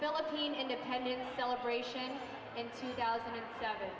philippine independence celebration in two thousand and seven